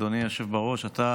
אדוני היושב בראש: אתה